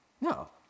No